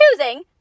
choosing